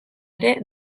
ere